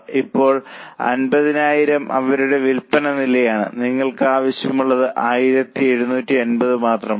ഇപ്പോൾ 5000 അവരുടെ വിൽപ്പന നിലയാണ് നിങ്ങൾക്ക് ആവശ്യമുള്ളത് 1750 മാത്രമാണ്